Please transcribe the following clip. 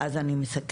ואז אני מסכמת.